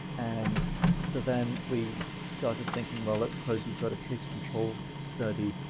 and so, then we started thinking, well, let's suppose you've got a case control study.